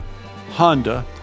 Honda